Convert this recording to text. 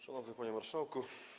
Szanowny Panie Marszałku!